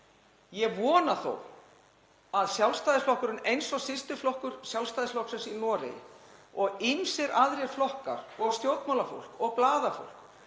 Ég vona þó að Sjálfstæðisflokkurinn — eins og systurflokkur Sjálfstæðisflokksins í Noregi og ýmsir aðrir flokkar og stjórnmálafólk og blaðafólk